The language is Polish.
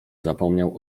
zapomniał